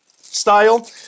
style